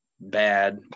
bad